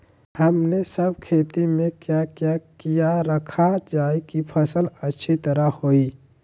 हमने सब खेती में क्या क्या किया रखा जाए की फसल अच्छी तरह होई?